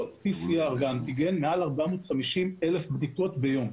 - PCR ואנטיגן - מעל 450 אלף בדיקות ביום.